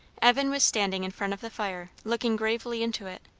evan was standing in front of the fire, looking gravely into it.